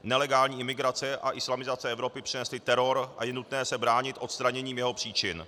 Nelegální imigrace a islamizace Evropy přinesly teror a je nutné se bránit odstraněním jeho příčin.